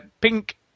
pink